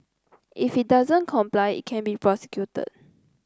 if it doesn't comply it can be prosecuted